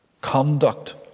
conduct